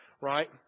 right